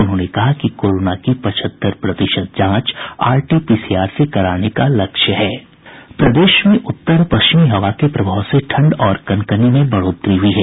उन्होंने कहा कि कोरोना की पचहत्तर प्रतिशत जांच आरटीपीसीआर से कराने का लक्ष्य है प्रदेश में उत्तर पश्चिमी हवा के प्रभाव से ठंड और कनकनी में बढ़ोतरी हुई है